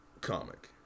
comic